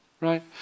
right